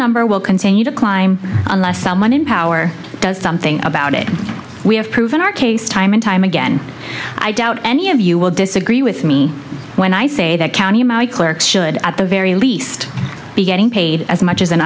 number will continue to climb unless someone in power does something about it we have proven our case time and time again i doubt any of you will disagree with me when i say that county clerks should at the very least be getting paid as much as an